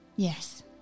Yes